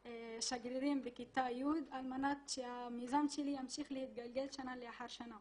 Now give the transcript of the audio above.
שגרירים בכיתה י' על מנת שהמיזם שלי ימשיך להתגלגל שנה לאחר שנה